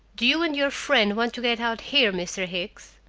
do you and your friend want to get out here, mr. hicks?